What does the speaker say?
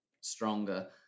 stronger